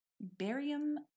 barium